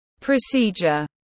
procedure